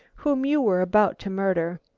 whom you were about to murder.